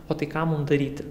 o tai ką mum daryti